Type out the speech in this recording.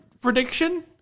prediction